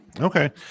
Okay